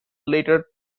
letter